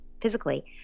physically